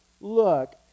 look